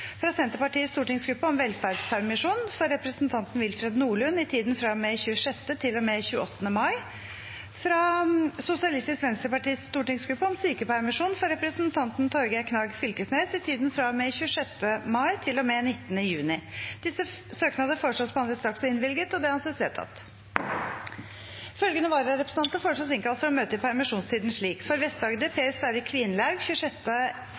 fra Senterpartiets stortingsgruppe om velferdspermisjon for representanten Willfred Nordlund i tiden fra og med 26. til og med 28. mai fra Sosialistisk Venstrepartis stortingsgruppe om sykepermisjon for representanten Torgeir Knag Fylkesnes i tiden fra og med 26. mai til og med 19. juni Etter forslag fra presidenten ble enstemmig besluttet: Søknadene behandles straks og innvilges. Følgende vararepresentanter innkalles for å møte i permisjonstiden slik: For Vest-Agder: Per Sverre Kvinlaug